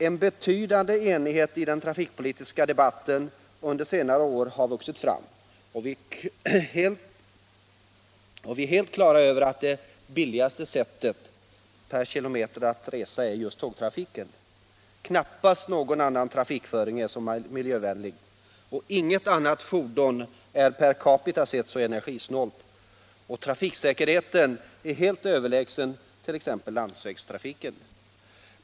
En betydande enighet i den trafikpolitiska debatten har under senare år vuxit fram: Vi är helt på det klara med att det billigaste sättet per kilometer att resa erbjuder just tågtrafiken. Knappast någon annan trafikföring är så miljövänlig. Inget annat fordon är per capita sett så energisnålt. Trafiksäkerheten är helt överlägsen t.ex. landsvägstrafikens.